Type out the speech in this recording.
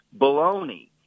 Baloney